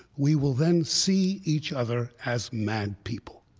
we will then see each other as mad people.